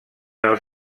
els